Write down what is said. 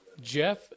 Jeff